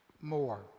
more